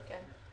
כן.